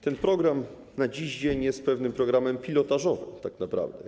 Ten program dziś jest pewnym programem pilotażowym tak naprawdę.